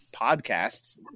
podcasts